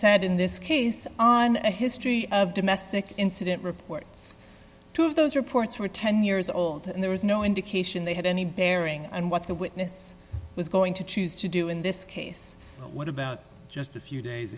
said in this case on the history of domestic incident reports two of those reports were ten years old and there was no indication they had any bearing on what the witness was going to choose to do in this case what about just a few days